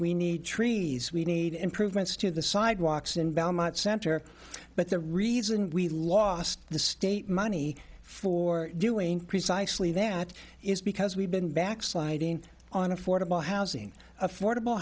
we need trees we need improvements to the sidewalks in belmont center but the reason we lost the state money for doing precisely that is because we've been backsliding on affordable housing affordable